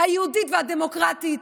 היהודית והדמוקרטית,